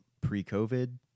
pre-covid